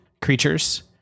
creatures